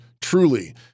truly